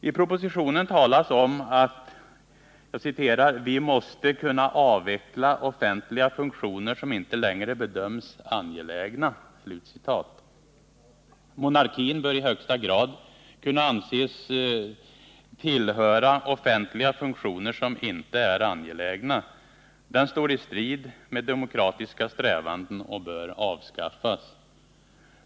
I propositionen talas om att ”vi måste kunna Tisdagen den avveckla offentliga funktioner som inte längre bedöms angelägna”. Monar 22 maj 1979 kin bör i högsta grad kunna anses tillhöra offentliga funktioner som inte är angelägna. Den står i strid med demokratiska strävanden och bör avskaffas.